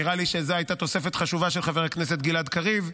נראה לי שזו הייתה תוספת חשובה של חבר הכנסת גלעד קריב,